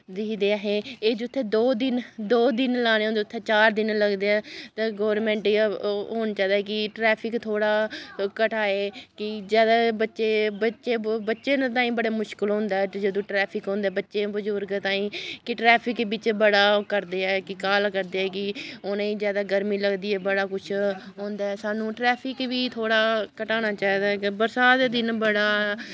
दिखदे असें एह् जित्थै दो दिन दो दिन लाने होंदे उत्थै चार दिन लगदे ऐ ते गौरमैंट गी होना चाहिदा कि ट्रैफिक थोह्ड़ा घटाए कि जैदा बच्चे बच्चे बच्चें दे ताईं बड़ा मुश्कल होंदा ऐ जदूं ट्रैफिक होंदा ऐ बच्चें बजुर्ग ताईं कि ट्रैफिक बिच्च बड़ा करदे ऐ कि काह्ल करदे ऐ कि उ'नें गी जैदा गर्मी लगदी ऐ बड़ा किश होंदा ऐ सानूं ट्रैफिक बी थोह्ड़ा घटाना चाहिदा ऐ बरसांत दे दिनैं बड़ा